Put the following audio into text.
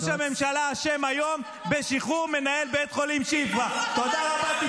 ראש הממשלה אשם היום -- תודה רבה חבר הכנסת כץ.